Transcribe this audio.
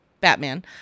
Batman